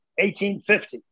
1850